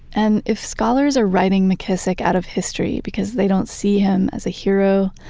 and if scholars are writing mckissick out of history because they don't see him as a hero,